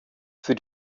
für